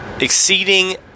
exceeding